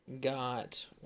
got